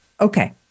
Okay